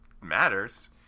matters